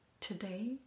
today